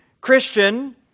Christian